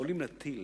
יכולים להטיל